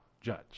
judge